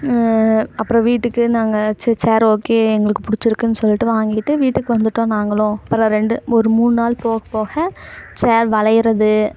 அப்புறம் வீட்டுக்கு நாங்கள் ச்சே சேர் ஓகே எங்களுக்கு பிடிச்சுருக்குன்னு சொல்லிட்டு வாங்கிட்டு வீட்டுக்கு வந்துட்டோம் நாங்களும் அப்புறம் ரெண்டு ஒரு மூணு நாள் போக போக சேர் வளைகிறது